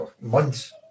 months